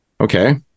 Okay